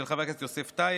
של חבר הכנסת יוסף טייב,